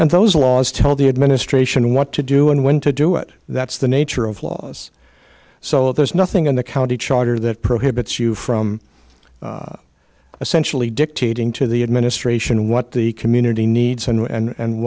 and those laws tell the administration what to do and when to do it that's the nature of laws so there's nothing in the county charter that prohibits you from essentially dictating to the administration what the community needs and